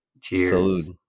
Cheers